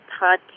podcast